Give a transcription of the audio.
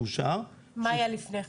מה היה לפני כן?